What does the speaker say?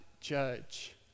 judge